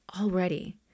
already